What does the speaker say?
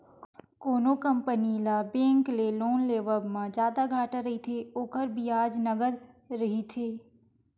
कोनो कंपनी ल बेंक ले लोन लेवब म जादा घाटा रहिथे, ओखर बियाज नँगत रहिथे